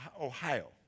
Ohio